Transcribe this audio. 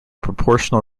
proportional